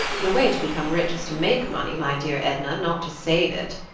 the way to become rich is to make money, my dear edna, not to save it,